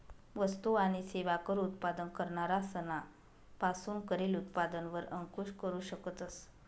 वस्तु आणि सेवा कर उत्पादन करणारा सना पासून करेल उत्पादन वर अंकूश करू शकतस